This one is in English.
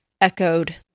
echoed